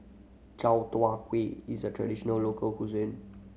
Chai Tow Kuay is a traditional local cuisine